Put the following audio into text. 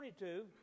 22